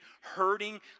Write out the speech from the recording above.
hurting